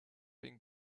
thing